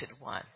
one